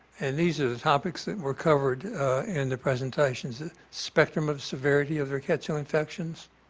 and these are the topics that were covered in the presentations spectrum of severity of rickettsial infections.